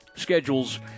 Schedules